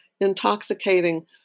intoxicating